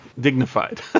dignified